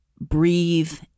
breathe